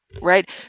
right